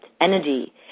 energy